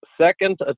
second